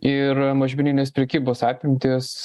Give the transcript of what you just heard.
ir mažmeninės prekybos apimtys